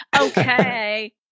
Okay